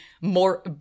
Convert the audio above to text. more